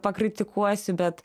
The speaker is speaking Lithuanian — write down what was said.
pakritikuosiu bet